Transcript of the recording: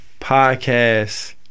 Podcast